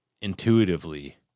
intuitively